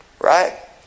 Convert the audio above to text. Right